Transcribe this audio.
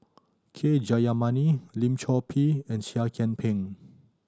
K Jayamani Lim Chor Pee and Seah Kian Peng